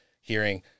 hearing